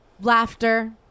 laughter